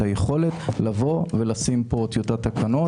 היכולת לבוא ולשים פה טיוטת תקנות.